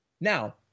Now